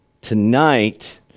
tonight